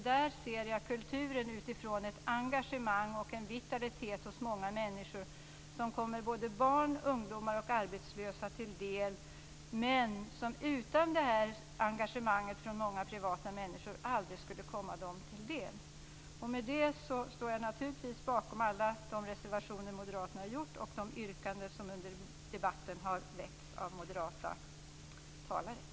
Där ser jag kulturen utifrån ett engagemang och en vitalitet hos många människor som kommer barn, ungdomar och arbetslösa till del, men som utan ett engagemang från många privata människor aldrig skulle komma dem till del. Jag står naturligtvis bakom alla de reservationer som moderaterna har gjort och de yrkanden som under debatten har framställts av moderata talare.